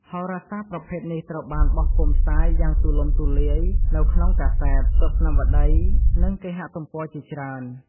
ហោរាសាស្ត្រប្រភេទនេះត្រូវបានបោះពុម្ពផ្សាយយ៉ាងទូលំទូលាយនៅក្នុងកាសែត ទស្សនាវដ្តី និងគេហទំព័រជាច្រើន។